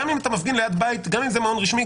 גם אם זה בית וגם אם זה מעון רשמי.